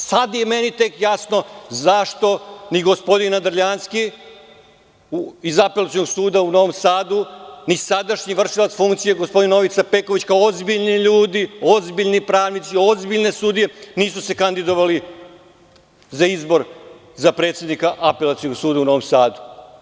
Sad je meni tek jasno zašto ni gospodin Nadrljanski iz Apelacionog suda u Novom Sadu, ni sadašnji vršilac funkcije gospodin Novica Peković, kao ozbiljni ljudi, ozbiljni pravnici, ozbiljne sudije, nisu se kandidovali za izbor za predsednika Apelacionog suda u Novom Sadu.